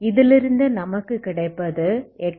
இதிலிருந்து நமக்கு கிடைப்பது Xxc1xc2